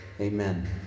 Amen